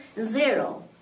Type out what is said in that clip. zero